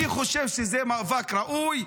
אני חושב שזה מאבק ראוי,